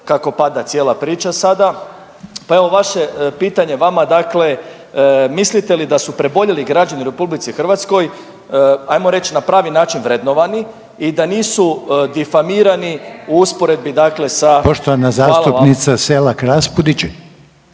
kako pada cijela priča sada, pa evo vaše pitanje vama. Dakle, mislite li da su preboljeli građani u RH hajmo reći na pravi način vrednovani i da nisu difamirani u usporedbi, dakle sa … Hvala vam.